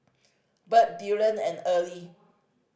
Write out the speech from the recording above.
Bird Dillion and Early